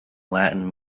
latin